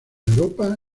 europa